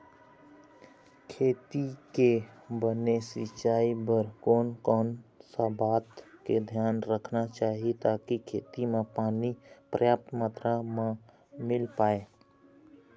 खेती के बने सिचाई बर कोन कौन सा बात के धियान रखना चाही ताकि खेती मा पानी पर्याप्त मात्रा मा मिल पाए?